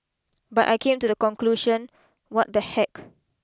but I came to the conclusion what the heck